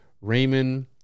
Raymond